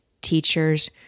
teachers